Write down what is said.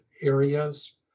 areas